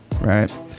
right